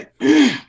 right